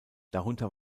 darunter